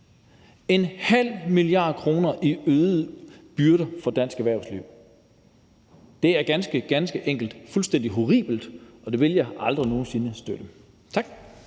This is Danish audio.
– ½ mia. kr. – i øgede byrder for dansk erhvervsliv. Det er ganske, ganske enkelt fuldstændig horribelt, og det vil jeg aldrig nogen sinde støtte. Tak.